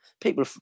People